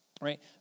right